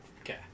Okay